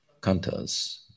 Kantas